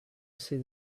see